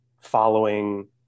following